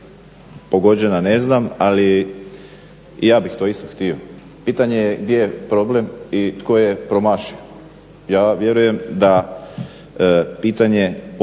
pogođena ne znam, ali i ja bih to isto htio. Pitanje je gdje je problem i tko je promašio. Ja vjerujem da pitanje potpora